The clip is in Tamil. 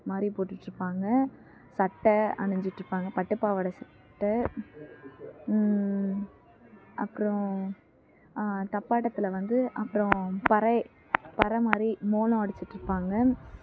மாதிரி போட்டுட்டுருப்பாங்க சட்டை அணிஞ்சிட்டுருப்பாங்க பட்டு பாவாடை சட்டை அப்புறோம் ஆ தப்பாட்டத்தில் வந்து அப்புறோம் பறை பற மாதிரி மோளம் அடிச்சிட்டுருப்பாங்க